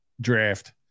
draft